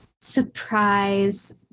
surprise